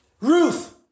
Ruth